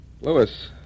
Lewis